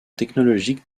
technologique